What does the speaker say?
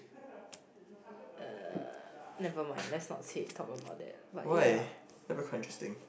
why let's me constructing